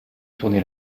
tourné